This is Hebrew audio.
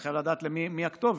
אני חייב לדעת מי הכתובת,